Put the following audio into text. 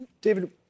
David